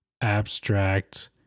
abstract